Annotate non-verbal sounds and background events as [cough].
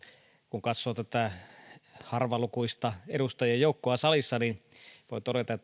kun katsoo tätä harvalukuista edustajien joukkoa salissa niin voi todeta [unintelligible]